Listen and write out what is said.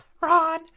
Ron